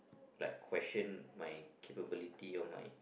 like question my capability or my